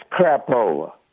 crapola